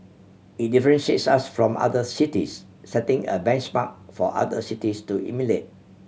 it differentiates us from other cities setting a benchmark for other cities to emulate